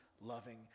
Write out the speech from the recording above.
loving